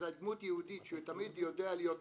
זה דמות יהודית שתמיד יודע להיות נבעך,